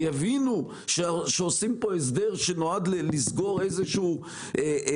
כי הבינו שעושים פה הסדר שנועד לסגור פער